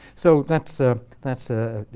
so that's ah that's a